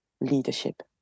leadership